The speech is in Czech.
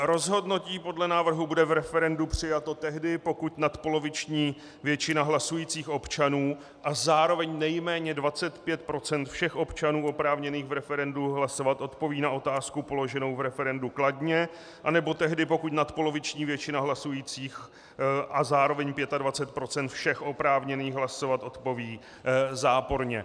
Rozhodnutí podle návrhu bude v referendu přijato tehdy, pokud nadpoloviční většina hlasujících občanů a zároveň nejméně 25 % občanů oprávněných v referendu hlasovat odpoví na otázku položenou v referendu kladně, anebo tehdy, pokud nadpoloviční většina hlasujících a zároveň 25 % všech oprávněných hlasovat odpoví záporně.